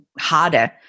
harder